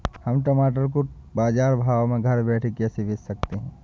हम टमाटर को बाजार भाव में घर बैठे कैसे बेच सकते हैं?